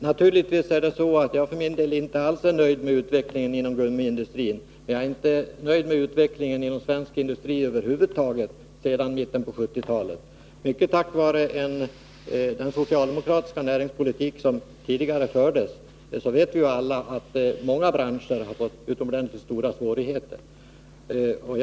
Herr talman! Jag är naturligtvis inte alls nöjd med utvecklingen inom gummiindustrin. Jag är inte heller nöjd med utvecklingen inom svensk industri över huvud taget sedan mitten av 1970-talet. Mycket på grund av den socialdemokratiska näringspolitik som tidigare fördes har många branscher fått utomordentligt stora svårigheter — det vet vi alla.